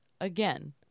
Again